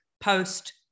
post